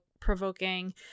provoking